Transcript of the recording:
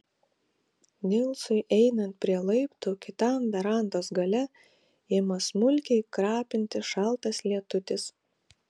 nilsui einant prie laiptų kitam verandos gale ima smulkiai krapinti šaltas lietutis